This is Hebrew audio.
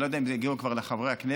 אני לא יודע אם זה הגיע כבר לחברי הכנסת.